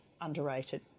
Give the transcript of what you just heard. underrated